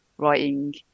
writing